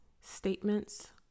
statements